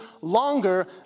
longer